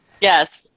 Yes